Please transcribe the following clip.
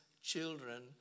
children